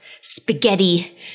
spaghetti